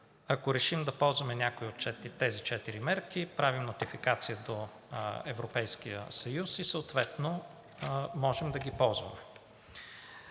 Ако решим да ползваме някои от тези четири мерки, правим нотификация до Европейския съюз и съответно можем да ги ползваме.